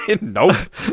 Nope